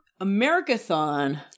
Americathon